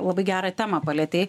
labai gerą temą palietei